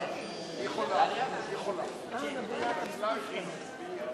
בממשלה לא נתקבלה.